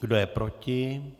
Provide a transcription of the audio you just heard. Kdo je proti?